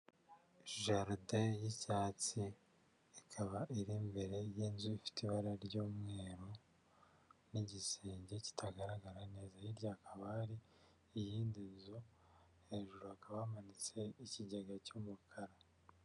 Jaride y'icyatsi ikaba iri imbere y'inzu ifite ibara ry'umweru n'igisenge kitagaragara neza hirya hakaba hari iyindi nzu hejuru hakaba hamanitse ikigega cy'umukara.